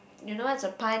you know what's a pun